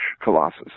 Colossus